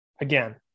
again